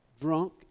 drunk